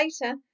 later